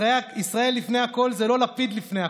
ישראל לפני הכול זה לא לפיד לפני הכול.